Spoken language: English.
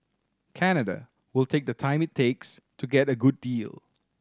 Canada will take the time it takes to get a good deal